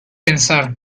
pensar